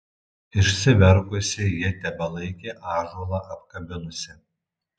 išsiverkusi ji tebelaikė ąžuolą apkabinusi